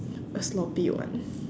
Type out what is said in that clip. a sloppy one